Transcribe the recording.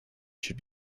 should